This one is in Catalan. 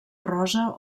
rosa